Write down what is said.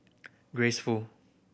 Grace Fu